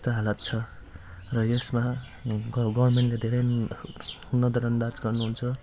यस्तो हालत छ र यसमा गभ् गभर्मेन्टले धेरै नै नजरअन्दाज गर्नुहुन्छ